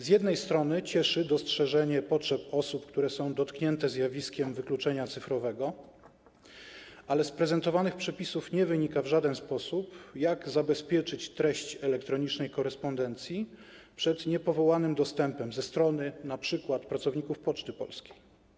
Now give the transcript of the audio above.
Z jednej strony cieszy dostrzeżenie potrzeb osób, które są dotknięte zjawiskiem wykluczenia cyfrowego, ale z prezentowanych przepisów nie wynika w żaden sposób, jak zabezpieczyć treść elektronicznej korespondencji przed niepowołanym dostępem ze strony np. pracowników Poczty Polskiej.